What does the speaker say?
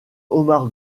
omar